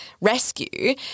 Rescue